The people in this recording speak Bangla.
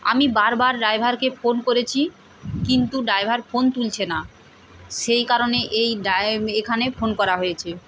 আমি বারবার ড্রাইভারকে ফোন করেছি কিন্তু ড্রাইভার ফোন তুলছে না সেই কারণে এই ডায়ভ এখানে ফোন করা হয়েছে